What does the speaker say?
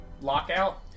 lockout